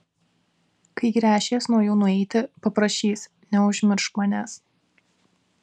kai gręšies nuo jų nueiti paprašys neužmiršk manęs